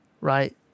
right